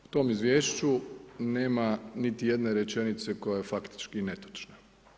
U tom izvješću nema niti jedne rečenice koja je faktički netočna.